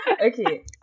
Okay